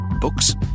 Books